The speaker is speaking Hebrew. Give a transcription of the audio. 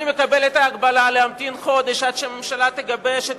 אני מקבל את ההגבלה להמתין חודש עד שהממשלה תגבש את